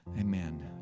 amen